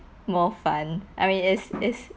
more fun I mean is is